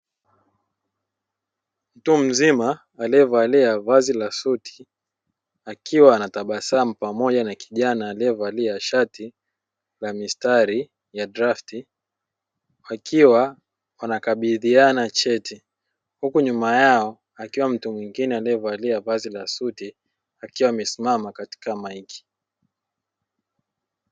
Mtu mzima aliyevalia vazi la suti, akiwa anatabasamu pamoja na kijana aliyevalia shati la mistari ya drafti, wakiwa wanakabidhiana cheti, huku nyuma yao akiwa mtu mwingine aliyevalia vazi la suti, akiwa amesimama katika maiki.